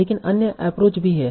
लेकिन अन्य एप्रोच भी हैं